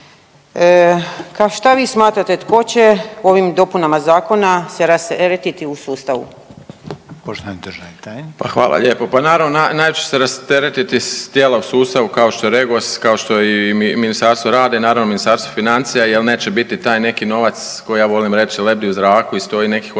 Šta vi smatrate tko će ovim dopunama zakona se rasteretiti u sustavu? **Reiner, Željko (HDZ)** Poštovani državni tajnik. **Jelić, Dragan** Pa hvala lijepo. Pa naravno najviše će se rasteretiti tijela u sustavu kao što je REGOS, kao što je i Ministarstvo rada i naravno Ministarstvo financija jel neće biti taj neki novac koji ja volim reći lebdi u zraku i stoji nekih 800 milijuna